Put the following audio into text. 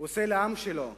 עושה לעם שלו,